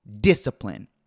Discipline